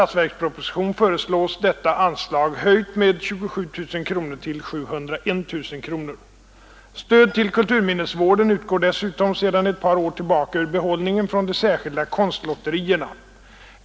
Stöd till kulturminnesvården utgår dessutom sedan ett par år tillbaka ur behållningen från de särskilda konstlotterierna.